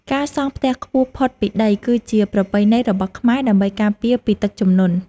ការសង់ផ្ទះខ្ពស់ផុតពីដីគឺជាប្រពៃណីរបស់ខ្មែរដើម្បីការពារពីទឹកជំនន់។